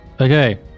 Okay